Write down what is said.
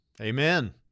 Amen